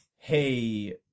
Hey